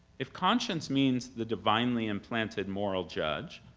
if conscience means the divinely implanted moral judge,